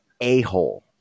a-hole